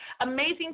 Amazing